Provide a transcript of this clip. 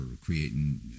creating